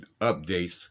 updates